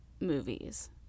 Movies